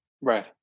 Right